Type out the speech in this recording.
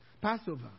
Passover